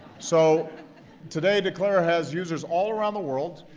so today, declara has users all around the world.